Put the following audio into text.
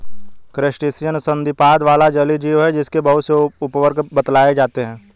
crustacean संधिपाद वाला जलीय जीव है जिसके बहुत से उपवर्ग बतलाए जाते हैं